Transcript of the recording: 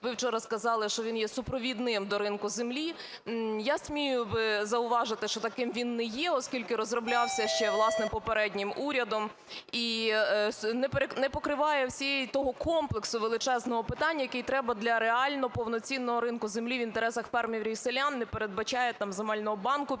Ви вчора сказали, що він є супровідним до ринку землі, я смію зауважити, що таким він не є, оскільки розроблявся ще, власне, попереднім урядом і не покриває всього того комплексу величезного питань, які треба для реально повноцінного ринку землі в інтересах фермерів і селян, не передбачає там земельного банку під